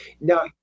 Now